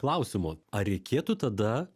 klausimo ar reikėtų tada